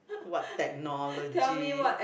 what technology